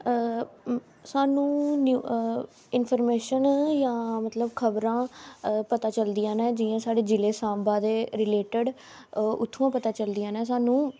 सानूं इन्फर्मेशन जां मतलब खबरां पता चलदियां न जि'यां साढ़े जिला साम्बा दे रिलेटेड उ'त्थुआं पता चलदिया न सानूं